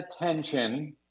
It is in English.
attention